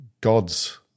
God's